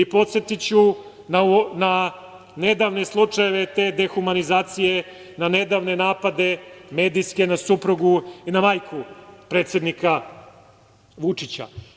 Podsetiću na nedavne slučajeve te dehumanizacije, na nedavne napade medijske na suprugu i na majku predsednika Vučića.